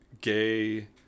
gay